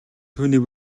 түүний